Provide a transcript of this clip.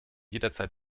jederzeit